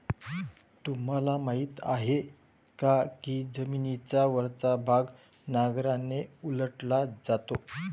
तुम्हाला माहीत आहे का की जमिनीचा वरचा भाग नांगराने उलटला जातो?